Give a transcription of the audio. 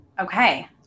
Okay